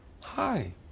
Hi